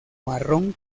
marrón